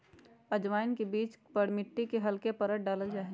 अजवाइन के बीज पर मिट्टी के हल्के परत डाल्ल जाहई